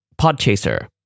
Podchaser